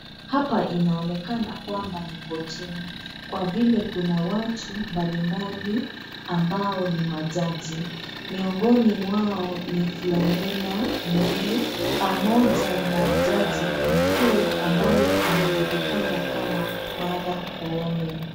Hapa inaonekana kwamba ni kortini kwa vile kuna watu mbalimbali ambao ni majaji. Miongoni mwao ni Philomena Mwilu pamoja na jaji mkuu ambaye anajulikana kama Martha Koome.